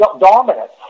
dominant